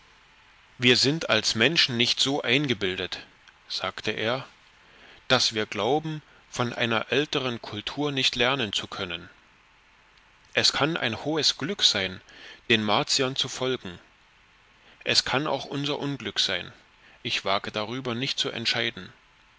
wir sind als menschen nicht so eingebildet sagte er daß wir glauben von einer älteren kultur nicht lernen zu können es kann ein hohes glück sein den martiern zu folgen es kann auch unser unglück sein ich wage darüber nicht zu entscheiden